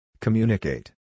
Communicate